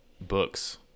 books